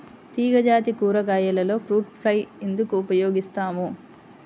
తీగజాతి కూరగాయలలో fruit fly ఎందుకు ఉపయోగిస్తాము?